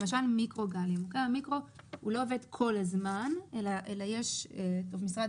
למשל מיקרוגל הוא לא עובד כל ואולי נציגי משרד